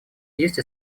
есть